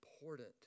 important